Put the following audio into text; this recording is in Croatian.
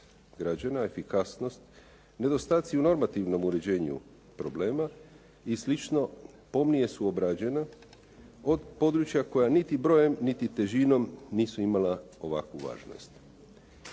građana, efikasnost, nedostaci u normativnom uređenju problema i slično pomnije su obrađena od područja koja niti brojem niti težinom nisu imala ovakvu važnost.